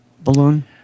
balloon